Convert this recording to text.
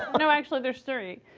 ah no, actually. there's three.